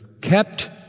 kept